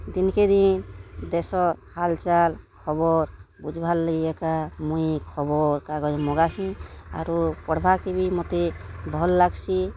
ଦିନ୍କେ ଦିନ୍ ଦେଶର୍ ହାଲ୍ଚାଲ୍ ଖବର୍ ବୁଝୁବାର୍ଲାଗି ଏକା ମୁଇଁ ଖବର୍କାଗଜ୍ ମଗାସି ଆରୁ ପଢ଼୍ବାକେ ବି ମୋତେ ଭଲ୍ ଲାଗ୍ସି